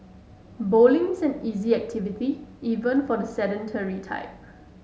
bowling is an easy activity even for the sedentary type